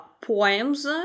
poems